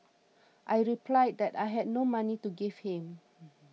I replied that I had no money to give him